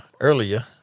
earlier